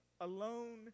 alone